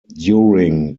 during